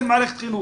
אין מערכת חינוך,